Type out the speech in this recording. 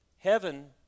Heaven